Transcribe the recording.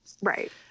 Right